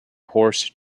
horse